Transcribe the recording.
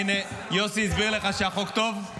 הינה, יוסי הסביר לך שהחוק טוב?